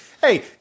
Hey